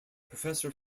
professor